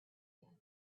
young